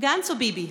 גנץ או ביבי?